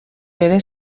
bere